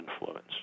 influence